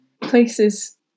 places